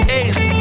ace